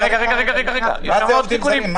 מה זה יש תיקונים?